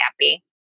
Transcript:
happy